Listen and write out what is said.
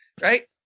right